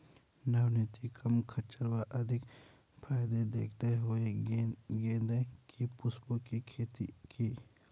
नवनीत ने कम खर्च व अधिक फायदे देखते हुए गेंदे के पुष्पों की खेती की